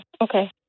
okay